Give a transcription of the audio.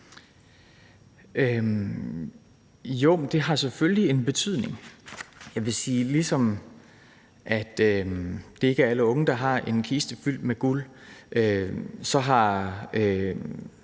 Jo, det har selvfølgelig en betydning. Jeg vil sige, at ligesom det ikke er alle unge, der har en kiste fyldt med guld, så har